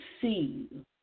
see